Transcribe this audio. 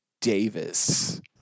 Davis